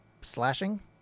slashing